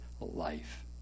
life